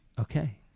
okay